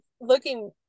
looking